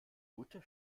mutter